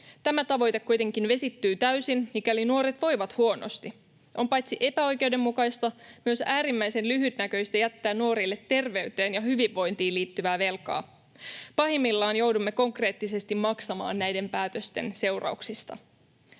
Tämä tavoite kuitenkin vesittyy täysin, mikäli nuoret voivat huonosti. On paitsi epäoikeudenmukaista myös äärimmäisen lyhytnäköistä jättää nuorille terveyteen ja hyvinvointiin liittyvää velkaa. Pahimmillaan joudumme konkreettisesti maksamaan näiden päätösten seurauksista.